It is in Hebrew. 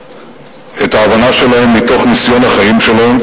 את ההבנה שלהם מתוך ניסיון החיים שלהם,